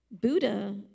Buddha